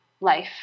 life